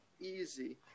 easy